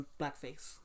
blackface